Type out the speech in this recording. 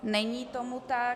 Není tomu tak.